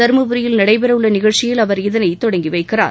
தர்மபுரியில் நடைபெறவுள்ள நிகழ்ச்சியில அவர் இதனை தொடங்கி வைக்கிறார்